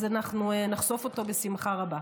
אז אנחנו נחשוף אותו בשמחה רבה.